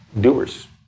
doers